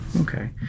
Okay